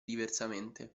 diversamente